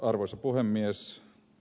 arvoisa puhemies